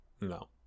No